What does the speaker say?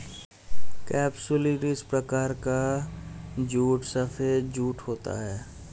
capsularis प्रकार का jute सफेद जूट होता है